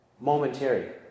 momentary